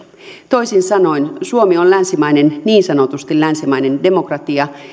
toisin sanoen suomi on länsimainen niin sanotusti länsimainen demokratia